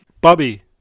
Bobby